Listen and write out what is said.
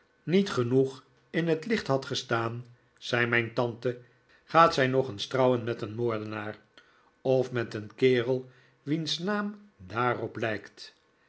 niet genoeg in het licht had gestaan zei mijn tante gaat zij nog eens trouwen trouwen met een moordenaar of met een kerel wiens naam daarop lijkt